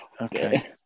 Okay